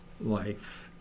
life